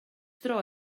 dro